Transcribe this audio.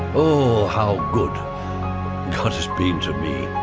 oh how good god has been to me